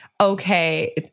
okay